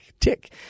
tick